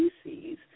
species